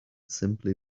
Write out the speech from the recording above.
simply